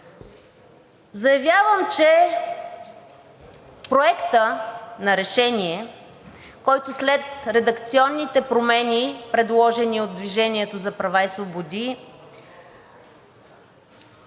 Заявявам, че Проектът на решение, който след редакционните промени, предложени от „Движение за права и свободи“,